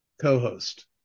co-host